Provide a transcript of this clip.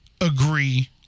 agree